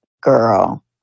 girl